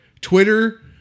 Twitter